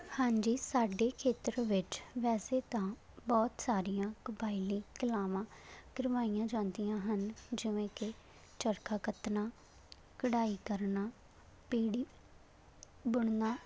ਹਾਂਜੀ ਸਾਡੇ ਖੇਤਰ ਵਿੱਚ ਵੈਸੇ ਤਾਂ ਬਹੁਤ ਸਾਰੀਆਂ ਕਬਾਇਲੀ ਕਲਾਵਾਂ ਕਰਵਾਈਆਂ ਜਾਂਦੀਆਂ ਹਨ ਜਿਵੇਂ ਕਿ ਚਰਖਾ ਕੱਤਣਾ ਕਢਾਈ ਕਰਨਾ ਪੀੜ੍ਹੀ ਬੁਣਨਾ